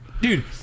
Dude